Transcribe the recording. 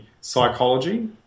psychology